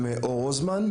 גם אור רוזנמן,